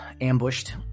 ambushed